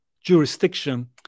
jurisdiction